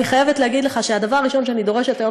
אני חייבת לומר לך שהדבר הראשון שאני דורשת היום